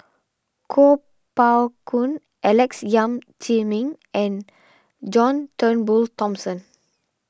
Kuo Pao Kun Alex Yam Ziming and John Turnbull Thomson